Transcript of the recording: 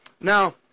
now